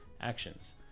actions